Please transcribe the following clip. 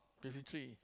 basically